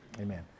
Amen